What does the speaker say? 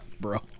bro